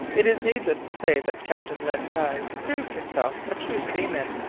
it is needless to say that captain len guy proved himself a true seaman,